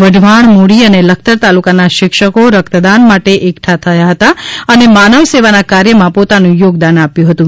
વઢવાણ મુળી અને લખતર તાલુકાના શિક્ષકો રક્તદાન માટે એકઠા થયા હતા અને માનવ સેવાના કાર્યમાં પોતાનું યોગદાન આપ્યું હતું